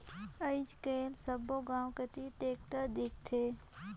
आएज काएल सब्बो गाँव कती टेक्टर दिखथे